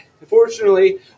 Unfortunately